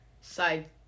side